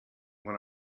when